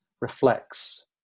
reflects